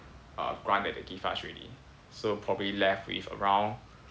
uh grant that they give us already ah so probably left with around